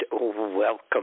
welcome